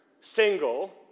single